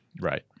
Right